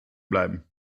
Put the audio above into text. bleiben